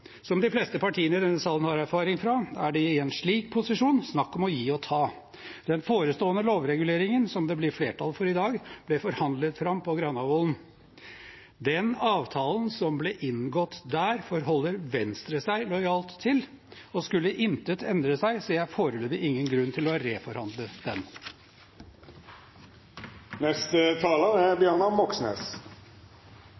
Som de fleste partiene i denne salen har erfaring fra, er det i en slik posisjon snakk om å gi og ta. Den forestående lovreguleringen som det blir flertall for i dag, ble forhandlet fram på Granavolden. Den avtalen som ble inngått der, forholder Venstre seg lojalt til. Og skulle intet endre seg, ser jeg foreløpig ingen grunn til reforhandle den. Det er